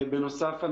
בנוסף,